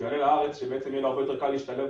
שיעלה לארץ ויהיה לו הרבה יותר קל להשתלב.